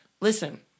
listen